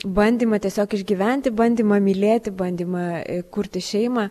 bandymą tiesiog išgyventi bandymą mylėti bandymą kurti šeimą